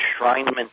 enshrinement